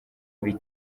muri